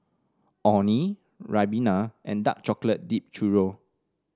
Orh Nee Ribena and Dark Chocolate Dipped Churro